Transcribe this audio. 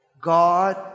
God